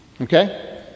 okay